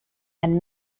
and